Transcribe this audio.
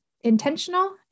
Intentional